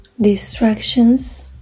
distractions